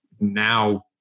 now